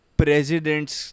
presidents